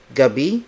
gabi